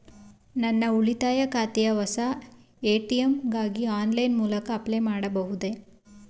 ನನ್ನ ಉಳಿತಾಯ ಖಾತೆಯ ಹೊಸ ಎ.ಟಿ.ಎಂ ಗಾಗಿ ಆನ್ಲೈನ್ ಮೂಲಕ ಅಪ್ಲೈ ಮಾಡಬಹುದೇ?